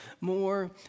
more